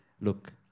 look